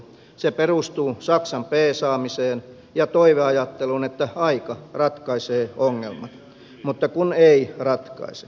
se perustuu saksan peesaamiseen ja toiveajatteluun että aika ratkaisee ongelmat mutta kun ei ratkaise